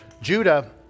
Judah